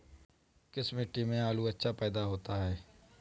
किस मिट्टी में आलू अच्छा पैदा होता है?